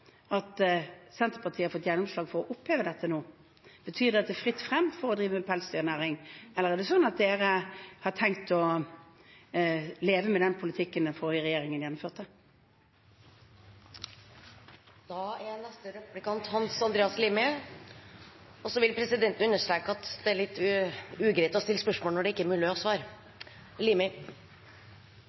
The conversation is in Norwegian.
at Senterpartiet har fått gjennomslag for å oppheve dette nå? Betyr det at det er fritt frem å drive pelsdyrnæring, eller er det sånn at de har tenkt å leve med den politikken den forrige regjeringen gjennomførte? Presidenten vil understreke at det er litt ugreit å stille spørsmål når det ikke er mulig å